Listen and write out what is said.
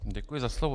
Děkuji za slovo.